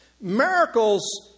Miracles